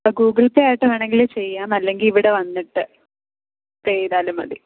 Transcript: Google Pay ആയിട്ട് വേണമെങ്കിൽ ചെയ്യാം അല്ലെങ്കിൽ ഇവിടെ വന്നിട്ട് പേ ചെയ്താലും മതി